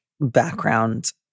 background